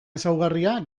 ezaugarria